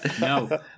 no